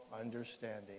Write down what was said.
understanding